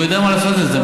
והוא יודע מה לעשות עם זה.